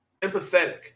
empathetic